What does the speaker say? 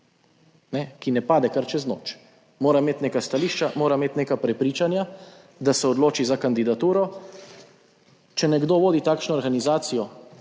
ki ne pade kar čez noč, mora imeti neka stališča, mora imeti neka prepričanja, da se odloči za kandidaturo, če nekdo vodi takšno organizacijo,